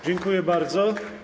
Dziękuję bardzo.